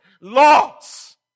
Loss